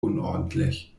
unordentlich